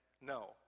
No